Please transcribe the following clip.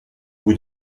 bout